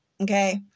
okay